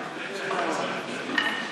חשוב.